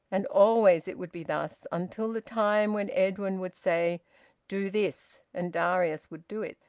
and always it would be thus, until the time when edwin would say do this and darius would do it,